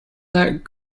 that